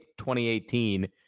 2018